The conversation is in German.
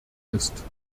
ist